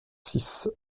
six